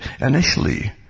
initially